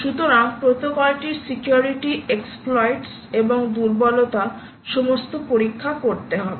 সুতরাং প্রোটোকলটির security exploits এবং দুর্বলতা সমস্ত পরীক্ষা করতে হবে